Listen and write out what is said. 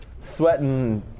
sweating